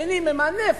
השני ממנף.